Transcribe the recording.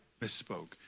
Misspoke